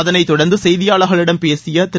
அதனைத் தொடர்ந்து செய்தியாளர்களிடம் பேசிய திரு